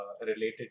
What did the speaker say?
related